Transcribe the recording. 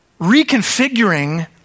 reconfiguring